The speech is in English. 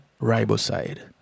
riboside